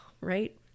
right